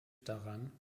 daran